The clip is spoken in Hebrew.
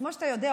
כמו שאתה יודע,